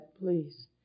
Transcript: please